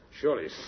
Surely